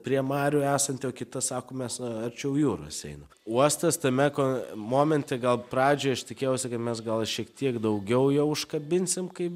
prie marių esanti o kita sako mes arčiau jūros einam uostas tame ko momente gal pradžioj aš tikėjausi kai mes gal šiek tiek daugiau jo užkabinsim kaip